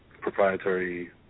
proprietary